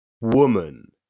woman